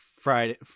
Friday